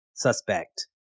suspect